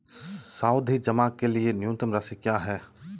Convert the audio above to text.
सावधि जमा के लिए न्यूनतम राशि क्या है?